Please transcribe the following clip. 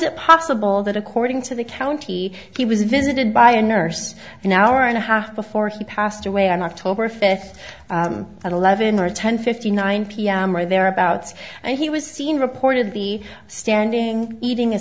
it possible that according to the county he was visited by a nurse an hour and a half before he passed away on october fifth and eleven or ten fifty nine pm or thereabouts and he was seen reported the standing eating a